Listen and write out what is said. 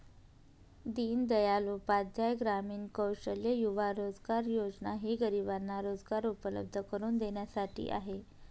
दीनदयाल उपाध्याय ग्रामीण कौशल्य युवा रोजगार योजना ही गरिबांना रोजगार उपलब्ध करून देण्यासाठी आहे